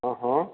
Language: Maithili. हँ हँ